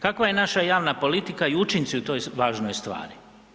Kakva je naša javna politika i učinci u toj važnoj stvari?